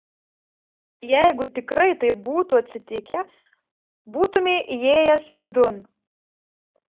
jeigu tikrai taip būtų atsitikę būtumei įėjęs vidun